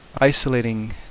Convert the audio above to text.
isolating